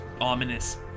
ominous